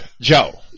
Joe